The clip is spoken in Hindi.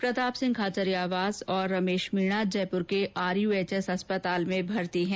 प्रतापसिंह खाचरियावास और रमेश मीणा जयपुर के आरयूएचएस अस्पताल में भर्ती है